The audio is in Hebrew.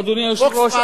אדוני היושב-ראש,